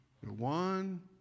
One